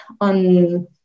on